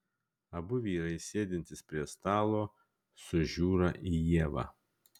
abu vyrai sėdintys prie stalo sužiūra į ievą